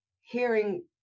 hearing